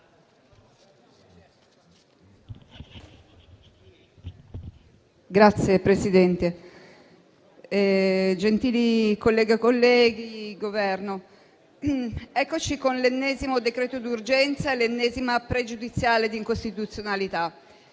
Signor Presidente, colleghe e colleghi, Governo, eccoci con l'ennesimo decreto d'urgenza e l'ennesima pregiudiziale di costituzionalità.